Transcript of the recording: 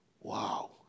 Wow